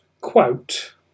quote